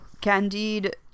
Candide